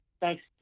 Thanks